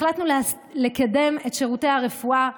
החלטנו לקדם את שירותי הרפואה בכלל,